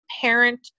parent